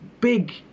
Big